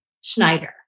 Schneider